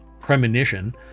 premonition